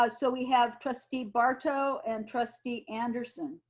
um so we have trustee barto and trustee anderson.